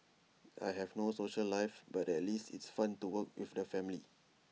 I have no social life but at least it's fun to work with the family